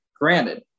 Granted